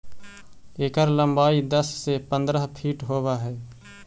एकर लंबाई दस से पंद्रह फीट होब हई